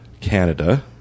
Canada